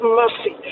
mercy